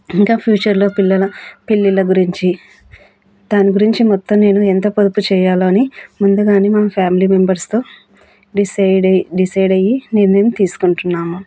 ఇంకా ఫ్యూచర్లో పిల్లల పెళ్ళిళ గురించి దాని గురించి మొత్తం నేను ఎంత పొదుపు చెయ్యాలో ముందుగానే మా ఫ్యామిలీ మెంబెర్స్తో డిసైడ్ అయ డిసైడ్ అయ్యి నిర్ణయం తీసుకుంటున్నాము